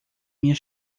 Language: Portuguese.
minha